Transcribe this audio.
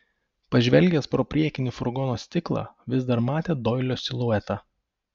pažvelgęs pro priekinį furgono stiklą vis dar matė doilio siluetą